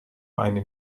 eine